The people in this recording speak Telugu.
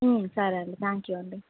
సరే అండి థాంక్ యూ అండి